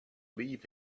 leave